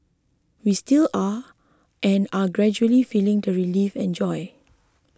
we still are and are gradually feeling the relief and joy